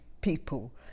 people